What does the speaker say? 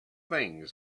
things